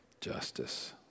justice